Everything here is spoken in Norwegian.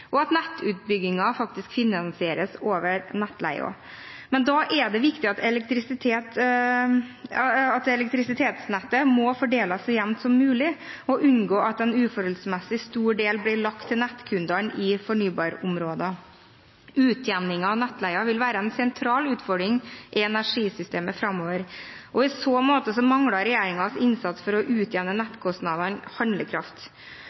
og at nettutbyggingen faktisk finansieres over nettleien. Men da er det viktig at elektrisitetsnettet må fordeles så jevnt som mulig, og at en unngår at en uforholdsmessig stor del blir lagt til nettkundene i fornybarområdene. Utjevningen av nettleie vil være en sentral utfordring i energisystemet framover, og i så måte mangler regjeringens innsats for å utjevne nettkostnadene handlekraft.